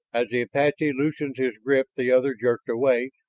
as the apache loosened his grip the other jerked away,